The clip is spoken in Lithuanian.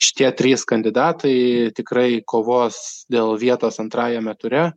šitie trys kandidatai tikrai kovos dėl vietos antrajame ture